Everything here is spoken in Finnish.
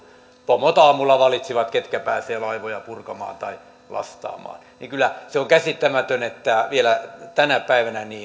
pomot aamulla valitsivat ketkä pääsevät laivoja purkamaan tai lastaamaan kyllä se on käsittämätöntä että vielä tänä päivänä